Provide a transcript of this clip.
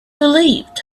relieved